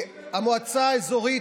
המועצה האזורית,